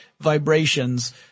vibrations